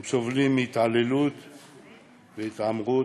הם סובלים מהתעללות והתעמרות.